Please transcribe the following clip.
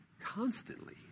constantly